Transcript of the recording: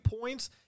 points